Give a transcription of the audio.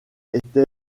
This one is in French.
était